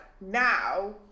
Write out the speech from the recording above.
now